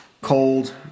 cold